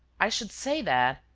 i should say that,